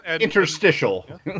Interstitial